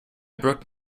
broke